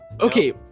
Okay